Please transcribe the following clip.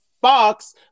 Fox